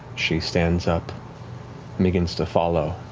she stands up and begins to follow.